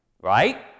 Right